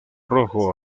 rojo